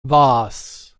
was